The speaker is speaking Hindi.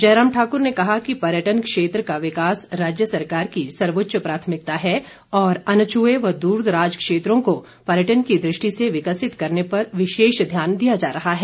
जयराम ठाकुर ने कहा कि पर्यटन क्षेत्र का विकास राज्य सरकार की सर्वोच्च प्राथमिकता है और अनछुए व दूरदराज क्षेत्रों को पर्यटन की दृष्टि से विकसित करने पर विशेष ध्यान दिया जा रहा है